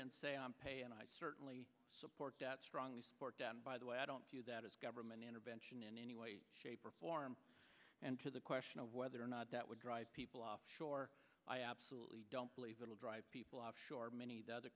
in pay and i certainly support that strongly support by the way i don't view that as government intervention in any way shape or form and to the question of whether or not that would drive people offshore i absolutely don't believe it will drive people offshore many other